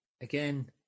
Again